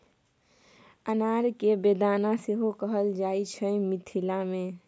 अनार केँ बेदाना सेहो कहल जाइ छै मिथिला मे